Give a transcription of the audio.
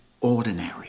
ordinary